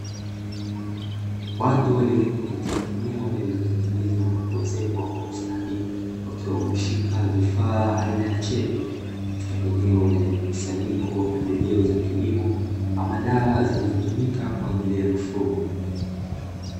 Watu waliopo katika eneo lililotengenezwa na kuezekwa kwa ustadi, wakiwa wameshika vifaa aina ya chepe, katika eneo lenye mkusanyiko pembejeo za kilimo, ama dawa zinazotumika kwa ajili ya mifugo.